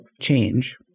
change